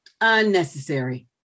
unnecessary